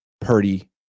Purdy